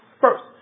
first